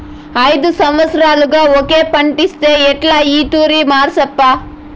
ఐదు సంవత్సరాలుగా ఒకే పంటేస్తే ఎట్టా ఈ తూరి మార్సప్పా